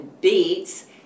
beets